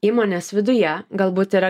įmonės viduje galbūt yra